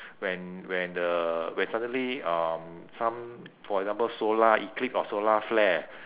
when when the when suddenly um some for example solar eclipse or solar flare